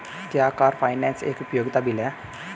क्या car finance एक उपयोगिता बिल है?